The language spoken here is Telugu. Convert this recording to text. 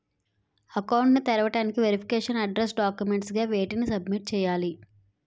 అకౌంట్ ను తెరవటానికి వెరిఫికేషన్ అడ్రెస్స్ డాక్యుమెంట్స్ గా వేటిని సబ్మిట్ చేయాలి?